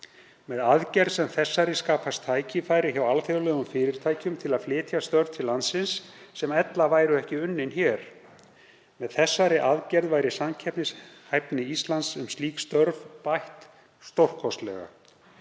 Með aðgerð sem þessari skapast tækifæri hjá alþjóðlegum fyrirtækjum til að flytja störf til landsins sem ella væru ekki unnin hér. Með þessari aðgerð væri samkeppnishæfni Íslands um slík störf bætt stórkostlega.